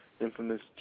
infamous